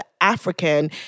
African